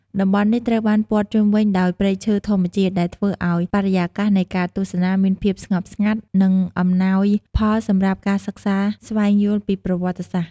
តំបន់នេះត្រូវបានព័ទ្ធជុំវិញដោយព្រៃឈើធម្មជាតិដែលធ្វើឲ្យបរិយាកាសនៃការទស្សនាមានភាពស្ងប់ស្ងាត់ និងអំណោយផលសម្រាប់ការសិក្សាស្វែងយល់ពីប្រវត្តិសាស្ត្រ។